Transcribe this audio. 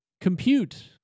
Compute